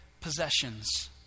possessions